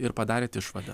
ir padarėt išvadą